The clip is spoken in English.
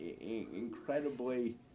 incredibly